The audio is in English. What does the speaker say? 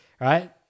right